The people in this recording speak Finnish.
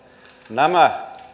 nämä